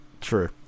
True